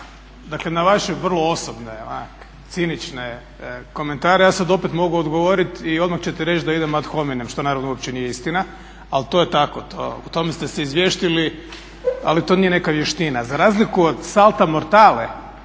Dakle na vaše vrlo osobne, onak cinične komentare ja sad opet mogu odgovorit i odmah ćete reći da idem ad hominem što naravno uopće nije istina, ali to je tako, u tome ste se izvještili ali to nije neka vještina za razliku od salta moratale,